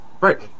Right